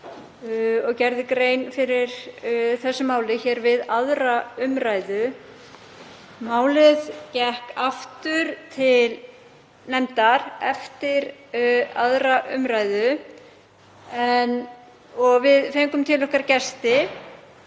og gerði grein fyrir þessu máli við 2. umr. Málið gekk aftur til nefndar eftir 2. umr. Við fengum til okkar gesti